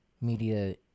media